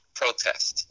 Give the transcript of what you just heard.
protest